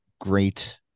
great